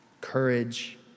courage